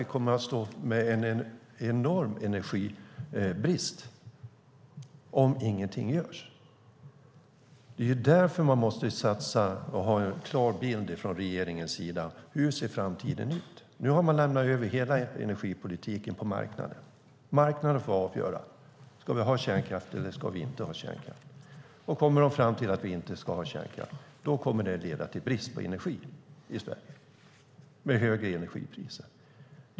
Vi kommer att stå med en enorm energibrist om inget görs. Det är därför regeringen måste satsa och ha en klar bild av hur framtiden ser ut. Nu har man lämnat över hela energipolitiken till marknaden, och marknaden får avgöra om vi ska ha kärnkraft eller inte. Kommer den fram till att vi inte ska ha kärnkraft kommer det att leda till brist på energi i Sverige och högre energipriser.